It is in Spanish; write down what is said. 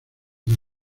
del